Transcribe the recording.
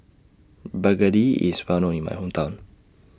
Begedil IS Well known in My Hometown